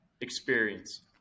Experience